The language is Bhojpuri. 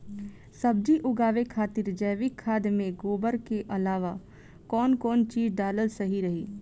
सब्जी उगावे खातिर जैविक खाद मे गोबर के अलाव कौन कौन चीज़ डालल सही रही?